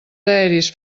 aeris